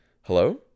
Hello